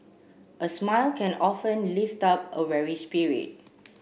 a smile can often lift up a weary spirit